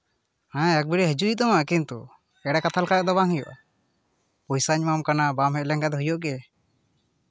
ᱦᱮᱸ ᱮᱠᱵᱟᱨᱮ ᱦᱤᱡᱩᱜ ᱦᱩᱭᱩᱜ ᱛᱟᱢᱟ ᱠᱤᱱᱛᱩ ᱮᱸᱲᱮ ᱠᱟᱛᱷᱟ ᱞᱮᱠᱷᱟᱱ ᱫᱚ ᱵᱟᱝ ᱦᱩᱭᱩᱜᱼᱟ ᱯᱚᱭᱥᱟᱧ ᱮᱢᱟᱢ ᱠᱟᱱᱟ ᱵᱟᱢ ᱦᱮᱡ ᱞᱮᱱᱠᱷᱟᱱ ᱦᱩᱭᱩᱜᱼᱟ ᱠᱤ